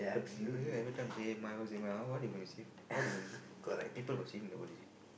eh every time save my world save my world what they gonna save how they gonna save people got save in the world is it